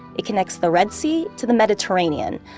it connects the red sea to the mediterranean,